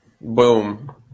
Boom